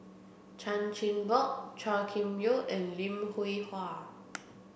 Chan Chin Bock Chua Kim Yeow and Lim Hwee Hua